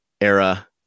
era